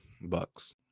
bucks